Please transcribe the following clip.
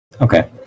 Okay